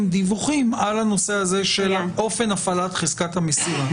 דיווחים על הנושא הזה של אופן הפעלת חזקת המסירה.